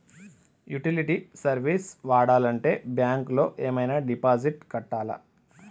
Utility service వాడాలంటే bank లో ఏమైనా డిపాజిట్ కట్టాలా?